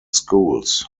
schools